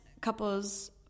couples